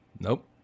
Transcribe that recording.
Nope